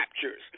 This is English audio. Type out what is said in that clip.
captures